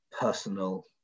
personal